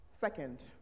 Second